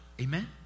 Amen